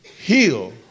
heal